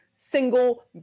single